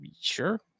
Sure